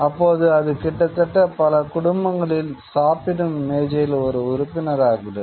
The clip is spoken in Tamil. அப்போது அது கிட்டத்தட்ட பல குடும்பங்களில் சாப்பிடும் மேஜையில் ஒரு உறுப்பினராகிறது